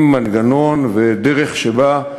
עם מנגנון ודרך שבה,